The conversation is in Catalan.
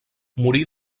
morí